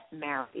married